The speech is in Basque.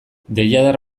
deiadar